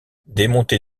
démonter